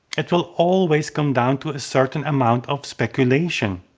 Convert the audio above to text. it will always come down to a certain amount of speculation.